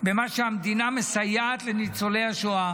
בין מה שהמדינה מסייעת לניצולי השואה